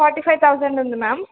forty five thousand ఉంది ma'am